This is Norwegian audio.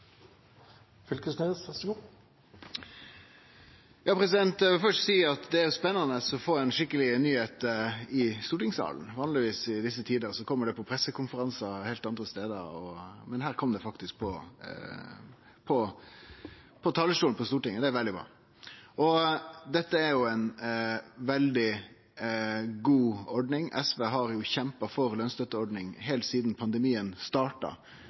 Eg vil først seie at det er spennande å få ei skikkelig nyheit i stortingssalen. Vanlegvis i desse tider kjem det i pressekonferansar, heilt andre stader, men her kom det faktisk frå talarstolen på Stortinget. Det er veldig bra. Dette er jo ei veldig god ordning. SV har kjempa for ei lønsstøtteordning heilt sidan pandemien starta,